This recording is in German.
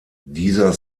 dieser